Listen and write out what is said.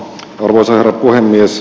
purseri puhemies